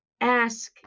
Ask